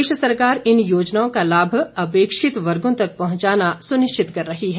प्रदेश सरकार इन योजनाओं का लाभ अपेक्षित वर्गों तक पहुंचाना सुनिश्चित कर रही है